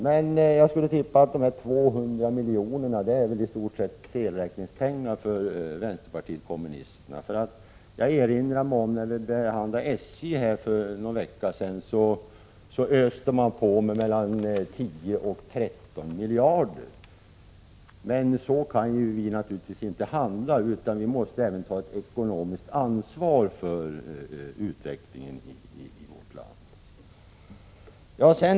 Men jag skulle tippa att dessa 200 miljoner i stort sett väl är felräkningspengar för vänsterpartiet kommunisterna. Jag erinrar mig att när vi behandlade anslag till SJ för någon vecka sedan, öste vpk på med mellan 10 och 13 miljarder. Så kan vi naturligtvis inte handla, utan vi måste ta ett ekonomiskt ansvar för utvecklingen i vårt land.